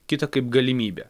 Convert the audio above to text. kita kaip galimybė